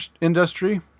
industry